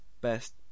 best